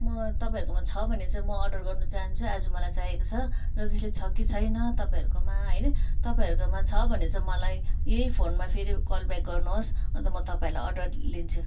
म तपाईँहरूकोमा छ भने म अर्डर गर्न चाहन्छु आजु मलाई चाहिएको छ र जसले छ कि छैन तपाईँहरूकोमा होइन तपाईँहरूकोमा छ भने चाहिँ मलाई यै फोनमा फेरि कल ब्याक गर्नुहोस् अन्त म तपाईँहरूलाई अर्डर लिन्छु